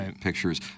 pictures